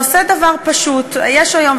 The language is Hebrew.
היא עושה דבר פשוט: יש היום,